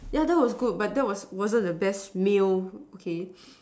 yeah that was good but that was wasn't the best meal okay